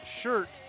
shirt